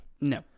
no